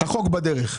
החוק בדרך.